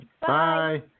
Bye